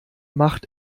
macht